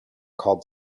called